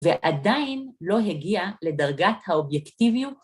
‫ועדיין לא הגיע לדרגת האובייקטיביות.